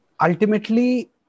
ultimately